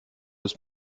ist